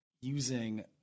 using